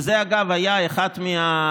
וזה, אגב, היה אחד הדברים